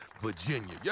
Virginia